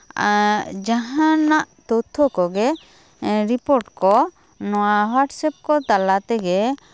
ᱡᱟᱦᱟᱱᱟᱜ ᱛᱚᱛᱛᱷᱚ ᱠᱚᱜᱮ ᱨᱤᱯᱳᱨᱴ ᱠᱚ ᱱᱚᱣᱟ ᱦᱳᱭᱟᱴᱟᱥ ᱮᱯ ᱠᱚ ᱛᱟᱞᱟ ᱛᱮᱜᱮ